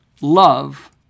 love